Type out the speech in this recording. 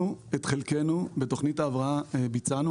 אנחנו את חלקנו בתוכנית ההבראה ביצענו.